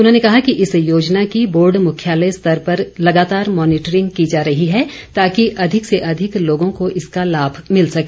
उन्होंने कहा कि इस योजना की बोर्ड मुख्यालय स्तर पर लगातार मॉनीटरिंग की जा रही है ताकि अधिक से अधिक लोगों को इसका लाभ मिल सके